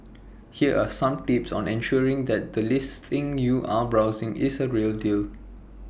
here are some tips on ensuring that the listing you are browsing is the real deal